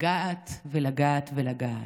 לגעת ולגעת ולגעת.